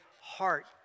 heart